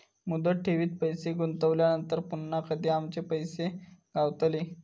मुदत ठेवीत पैसे गुंतवल्यानंतर पुन्हा कधी आमचे पैसे गावतले?